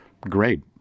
Great